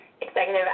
Executive